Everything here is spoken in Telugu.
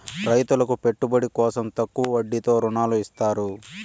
రైతులకు పెట్టుబడి కోసం తక్కువ వడ్డీతో ఋణాలు ఇత్తారు